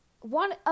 One